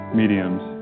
mediums